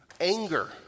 Anger